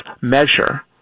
measure